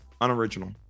unoriginal